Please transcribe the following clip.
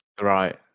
Right